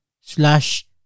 slash